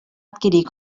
adquirir